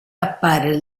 appare